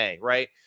right